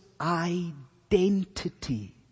identity